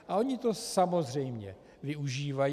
A oni to samozřejmě využívají.